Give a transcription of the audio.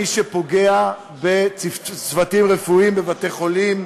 מי שפוגע בצוותים רפואיים בבתי-חולים